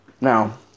now